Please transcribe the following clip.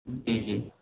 جی جی